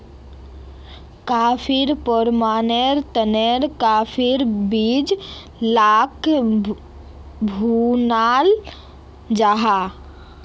कॉफ़ीर प्रशंकरनेर तने काफिर बीज लाक भुनाल जाहा